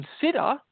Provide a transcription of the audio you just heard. consider